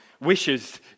wishes